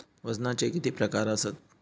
वजनाचे किती प्रकार आसत?